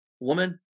woman